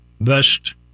best